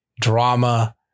drama